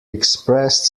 expressed